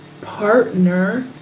partner